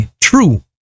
true